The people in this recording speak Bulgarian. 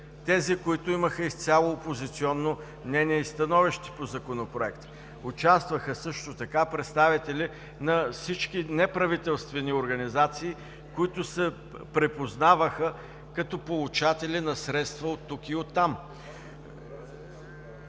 тези, които имаха изцяло опозиционно мнение и становище по Законопроекта. Участваха също така представители на всички неправителствени организации, които се припознаваха като получатели на средства оттук и оттам.